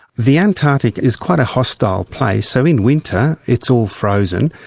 the antarctic is quite a hostile place. so in winter it's all frozen.